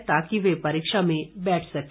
ताकि वे परीक्षा में बैठ सके